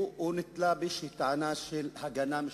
אדוני, הוא נתלה באיזו טענה של הגנה משפטית.